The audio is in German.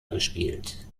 gespielt